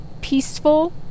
peaceful